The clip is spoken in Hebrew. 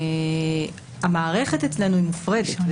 המערכת אצלנו היא מופרדת.